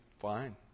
Fine